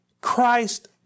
Christ